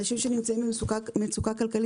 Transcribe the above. זה מאוד מפתה אנשים שנמצאים במצוקה כלכלית.